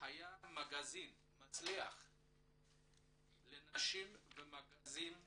היה מגזין מצליח לנשים ומגזין לתיירות.